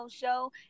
show